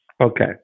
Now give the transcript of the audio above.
Okay